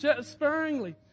sparingly